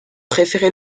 préférer